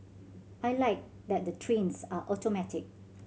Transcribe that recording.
I like that the trains are automatic